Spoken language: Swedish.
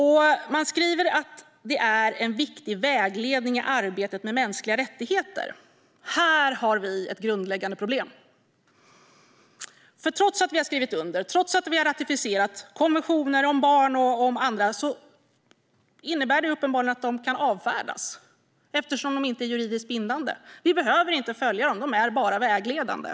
Man skriver att det är en viktig vägledning i arbetet med mänskliga rättigheter. Här har vi ett grundläggande problem, för trots att vi har skrivit under och ratificerat konventioner om barn och andra kan de uppenbarligen avfärdas eftersom de inte är juridiskt bindande. Vi behöver inte följa dem, för de är bara vägledande.